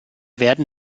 werden